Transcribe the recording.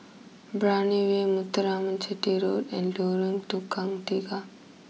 Brani way Muthuraman Chetty Road and Lorong Tukang Tiga